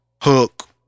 hook